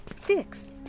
Fix